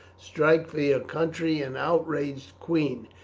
strike for your country and outraged queen.